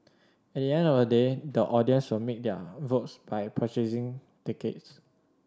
at the end of the day the audience will make their votes by purchasing tickets